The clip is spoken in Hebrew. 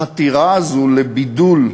החתירה הזאת לבידול,